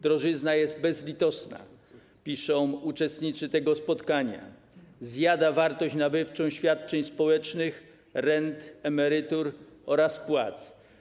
Drożyzna jest bezlitosna - piszą uczestnicy tego spotkania - zjada wartość nabywczą świadczeń społecznych, rent, emerytur oraz płac.